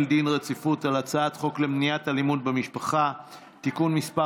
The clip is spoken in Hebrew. דין רציפות על הצעת חוק למניעת אלימות במשפחה (תיקון מס'